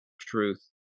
truth